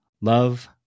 Love